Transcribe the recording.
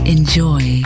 Enjoy